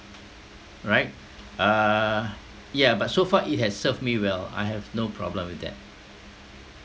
right err yeah but so far it has served me well I have no problem with that